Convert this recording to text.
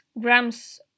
grams